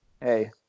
hey